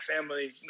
family